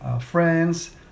friends